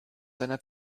seiner